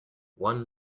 one